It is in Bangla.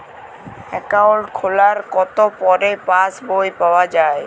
অ্যাকাউন্ট খোলার কতো পরে পাস বই পাওয়া য়ায়?